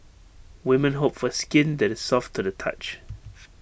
women hope for skin that is soft to the touch